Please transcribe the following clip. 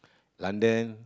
London